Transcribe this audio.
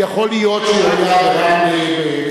יכול להיות שהוא היה ברמלה.